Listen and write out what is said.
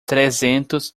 trezentos